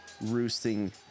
roosting